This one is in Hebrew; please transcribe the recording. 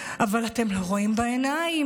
אבל אתם לא רואים בעיניים.